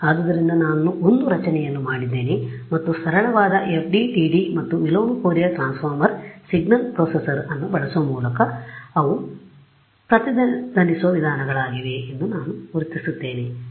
ಆದ್ದರಿಂದ ನಾನು ಒಂದು ರಚನೆಯನ್ನುಮಾಡಿದ್ದೇನೆ ಮತ್ತು ಸರಳವಾದ FDTD ಮತ್ತು ವಿಲೋಮ ಫೋರಿಯರ್ ಟ್ರಾನ್ಸ್ಫಾರ್ಮ್ ಸಿಗ್ನಲ್ ಪ್ರೊಸೆಸರ್ ಅನ್ನು ಬಳಸುವ ಮೂಲಕ ಇವು ಪ್ರತಿಧ್ವನಿಸುವ ವಿಧಾನಗಳಾಗಿವೆ ಎಂದು ನಾನು ಗುರುತಿಸುತ್ತೇನೆ